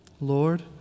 Lord